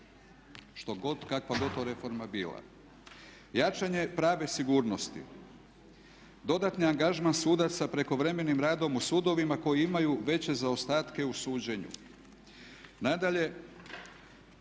što god, kakva god to reforma bila. Jačanje prave sigurnosti. Dodatni angažman sudaca prekovremenim radom u sudovima koji imaju veće zaostatke u suđenju.